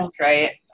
right